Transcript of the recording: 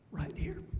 right here